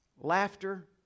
laughter